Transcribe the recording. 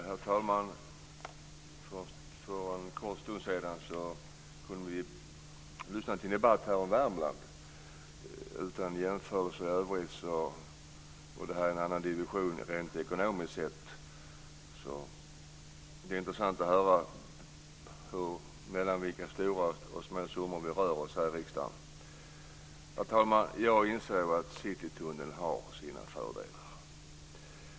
Herr talman! För en kort stund sedan kunde vi lyssna till en debatt om Värmland. Utan jämförelser i övrigt - detta är en annan division rent ekonomiskt sett - är det intressant att höra att vi rör oss mellan både små och stora summor här i riksdagen. Herr talman! Jag inser att Citytunneln har sina fördelar.